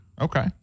Okay